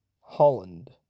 Holland